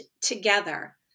together